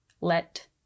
Let